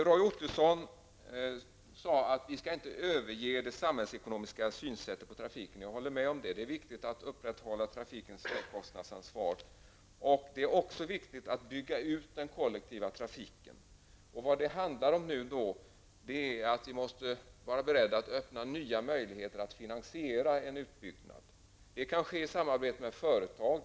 Roy Ottoson sade att vi inte skall överge den samhällsekonomiska synen på trafiken. Jag håller med om det. Det är viktigt att upprätthålla trafikens merkostnadsansvar. Det är också viktigt att bygga ut den kollektiva trafiken. Vad det nu handlar om är att vi måste vara beredda att öppna nya möjligheter att finansiera en utbyggnad. Det kan ske i samarbete med företagen.